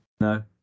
No